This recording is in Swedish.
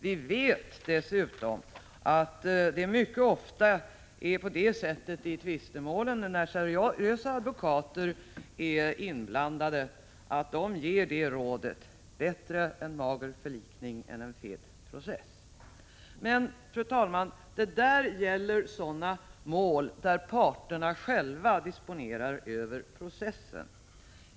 Vi vet dessutom att seriösa advokater mycket ofta i tvistemålen ger rådet: Bättre en mager förlikning än en fet process. Men, fru talman, detta gäller sådana mål där parterna själva disponerar över processen.